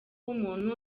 w’umuntu